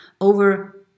over